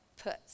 put